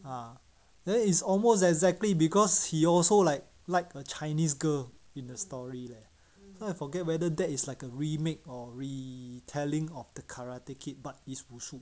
ah then it's almost exactly because he also like like a chinese girl in the story so I forget whether that is like a re-make or re-telling of the karate kid but it's 武术